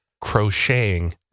Crocheting